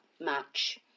match